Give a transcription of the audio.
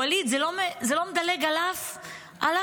ווליד, זה לא מדלג על אף מגזר.